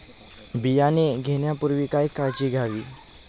बियाणे घेण्यापूर्वी काय काळजी घ्यावी?